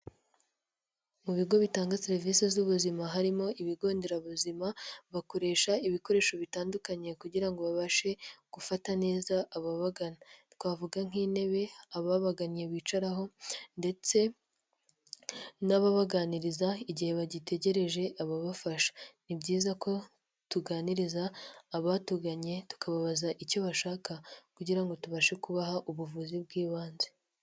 Mu bigo bitanga serivisi z'ubuzima harimo ibigo nderabuzima, bakoresha ibikoresho bitandukanye kugira ngo babashe gufata neza ababagana. Twavuga nk'intebe ababaganye bicaraho ndetse n'ababaganiriza igihe bagitegereje ababafasha. Ni byiza ko tuganiriza abatuganye tukababaza icyo bashaka, kugira ngo tubashe kubaha ubuvuzi bw'ibanze.